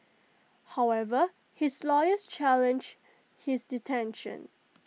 however his lawyers challenged his detention